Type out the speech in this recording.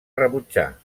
rebutjar